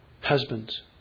Husbands